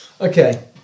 Okay